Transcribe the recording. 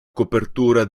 copertura